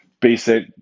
basic